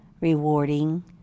rewarding